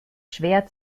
schwer